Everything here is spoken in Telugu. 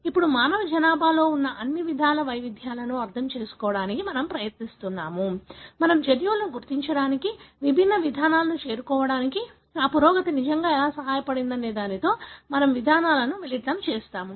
ఇప్పుడు మానవ జనాభాలో ఉన్న అన్ని వైవిధ్యాలను అర్థం చేసుకోవడానికి మనము ప్రయత్నిస్తున్నాము మనం జన్యువులను గుర్తించడానికి విభిన్న విధానాలను చేరుకోవడాన్ని చూసి ఆ పురోగతి నిజంగా ఎలా సహాయపడిందనే దానితో మనము విధానాలను మిళితం చేస్తాము